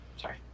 Sorry